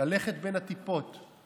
ללכת בין הטיפות,